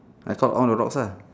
I count all the rocks lah